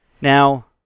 Now